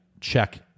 check